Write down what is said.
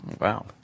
Wow